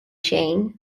xejn